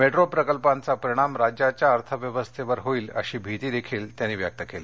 metro प्रकल्पांचा परिणाम राज्याच्या अर्थव्यवस्थेवर होईलअशी भीती त्यांनी व्यक्त केली